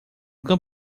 cão